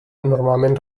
normalment